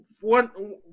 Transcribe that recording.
One